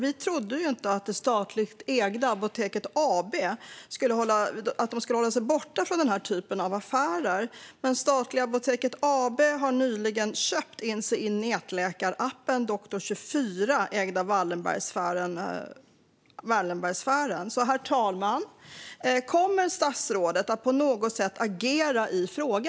Vi trodde ju att det statligt ägda Apoteket AB skulle hålla sig borta från den här typen av affärer, men statliga Apoteket AB har nyligen köpt in sig i nätläkarappen Doktor24, ägd av Wallenbergsfären. Herr talman! Kommer statsrådet att på något sätt agera i denna fråga?